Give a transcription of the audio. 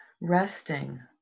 resting